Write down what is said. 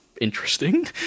interesting